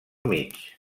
mig